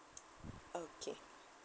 okay